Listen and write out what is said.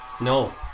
No